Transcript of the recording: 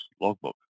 logbook